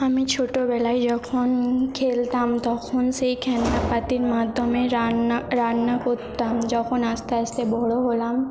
আমি ছোটবেলায় যখন খেলতাম তখন সেই খেলনাপাতির মাধ্যমে রান্না রান্না করতাম যখন আস্তে আস্তে বড় হলাম